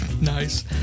Nice